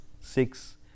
six